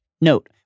Note